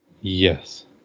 Yes